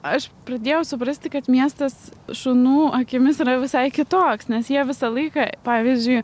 aš pradėjau suprasti kad miestas šunų akimis yra visai kitoks nes jie visą laiką pavyzdžiui